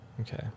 Okay